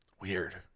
Weird